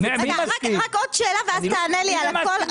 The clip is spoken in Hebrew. רק עוד שאלה קטנה ואז תענה לי על הכול.